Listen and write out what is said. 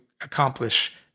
accomplish